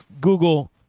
Google